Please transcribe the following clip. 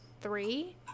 three